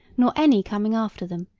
nor any coming after them,